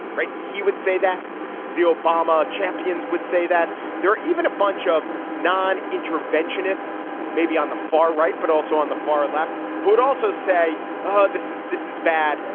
right. he would say that the obama champions would say that there are even a bunch of non interventionists maybe on the far right but also on the far left who would also say this is this is bad.